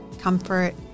Comfort